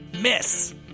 miss